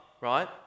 right